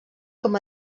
com